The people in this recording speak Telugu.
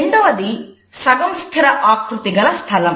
రెండవది సగంస్థిర ఆకృతి గల స్థలం